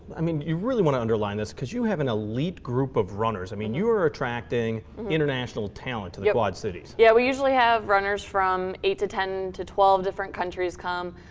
i mean, you really wanna underline this, because you have an elite group of runners. i mean, you are attracting international talent to the quad cities. yeah, we usually have runners from eight, to ten, to twelve different countries come.